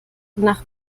nach